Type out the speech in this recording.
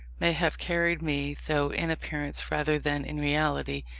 may have carried me, though in appearance rather than in reality,